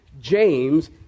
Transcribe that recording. James